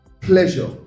pleasure